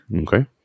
Okay